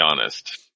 honest